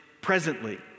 presently